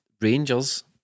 Rangers